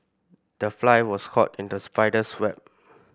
the fly was caught in the spider's web